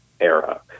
era